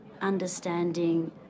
understanding